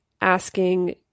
asking